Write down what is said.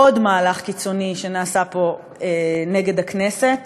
עוד מהלך קיצוני שנעשה פה נגד הכנסת